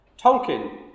Tolkien